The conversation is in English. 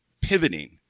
pivoting